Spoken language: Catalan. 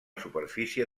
superfície